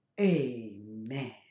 Amen